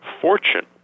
fortune